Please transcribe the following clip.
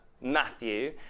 Matthew